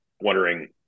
wondering